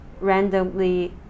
randomly